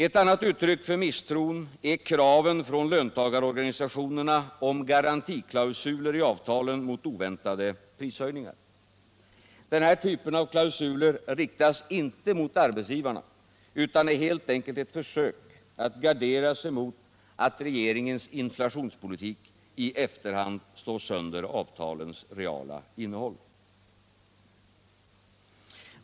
Ett annat uttryck för misstron är kraven från löntagarorganisationerna om garantiklausuler i avtalen mot oväntade prishöjningar. Den här typen av klausuler riktas inte mot arbetsgivarna, utan är helt enkelt ett försök att gardera sig mot att regeringens inflationspolitik i efterhand slår sönder avtalens reala innehåll.